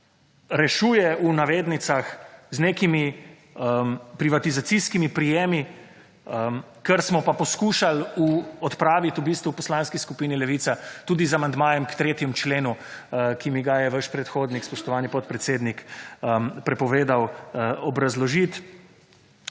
rešuje, v navednicah, z nekimi privatizacijskimi prijemi, kar smo pa poskušal odpravit v bistvu v Poslanski skupini Levica, tudi z amandmajem k 3. členu, ki mi ga je vaš predhodnik, spoštovani podpredsednik, prepovedal obrazložit.